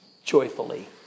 Joyfully